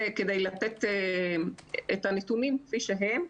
זה, כדי לתת את הנתונים כפי שהם.